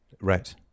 Right